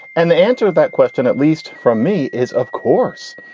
and the answer that question, at least from me, is, of course,